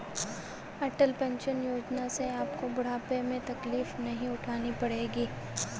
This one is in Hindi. अटल पेंशन योजना से आपको बुढ़ापे में तकलीफ नहीं उठानी पड़ेगी